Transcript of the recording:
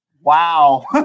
Wow